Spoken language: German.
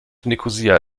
nikosia